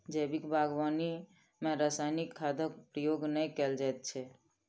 जैविक बागवानी मे रासायनिक खादक प्रयोग नै कयल जाइत छै